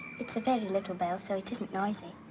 it's a very little bell. so it isn't noisy.